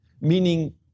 meaning